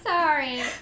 Sorry